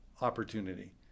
opportunity